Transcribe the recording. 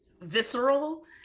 visceral